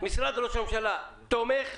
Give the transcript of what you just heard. משרד ראש הממשלה תומך,